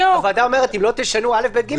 הוועדה אומרת אם לא תשנו א'-ב'-ג',